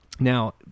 Now